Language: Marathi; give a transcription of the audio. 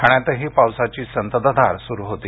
ठाण्यातही पावसाची संततधार सुरू होती